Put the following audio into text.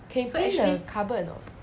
can paint the cupboard or not